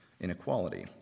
inequality